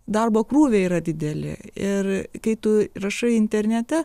darbo krūviai yra dideli ir kai tu rašai internete